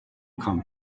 come